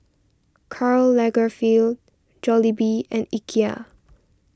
Karl Lagerfeld Jollibee and Ikea